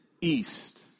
east